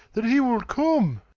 that he will come